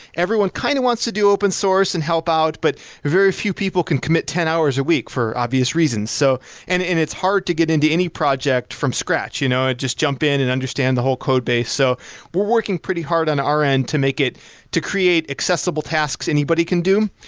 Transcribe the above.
everyone kind of wants to do open source and help out but very few people can commit ten hours a week for obvious reasons, so and it's hard to get into any project from scratch, you know just jump in and understand the whole code base. so we're working pretty hard on our end to make to create accessible tasks anybody can do.